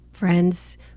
friends